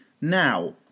now